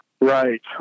Right